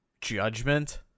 Judgment